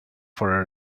for